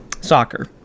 soccer